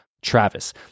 Travis